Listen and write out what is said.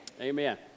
Amen